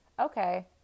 Okay